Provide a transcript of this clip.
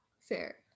Fair